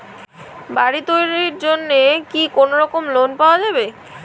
বাড়ি তৈরির জন্যে কি কোনোরকম লোন পাওয়া যাবে?